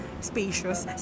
spacious